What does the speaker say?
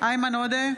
איימן עודה,